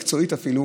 אפילו מקצועית,